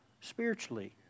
spiritually